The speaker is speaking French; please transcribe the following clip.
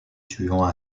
tuant